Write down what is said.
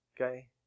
Okay